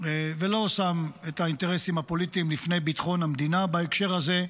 ולא שם את האינטרסים הפוליטיים לפני ביטחון המדינה בהקשר הזה.